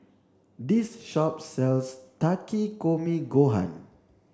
this shop sells Takikomi Gohan